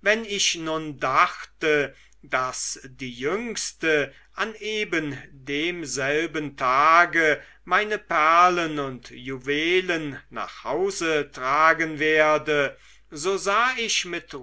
wenn ich nun dachte daß die jüngste an ebendemselben tage meine perlen und juwelen nach hofe tragen werde so sah ich mit